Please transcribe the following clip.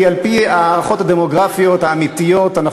כי על-פי ההערכות הדמוגרפיות האמיתיות אנחנו